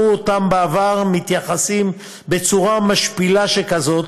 אותם בעבר מתייחסים בצורה משפילה כזאת